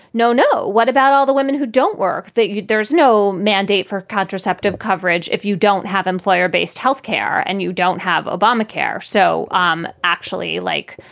no, no. what about all the women who don't work, that there is no mandate for contraceptive coverage if you don't have employer based health care and you don't have obamacare? so um actually, like,